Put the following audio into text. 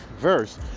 verse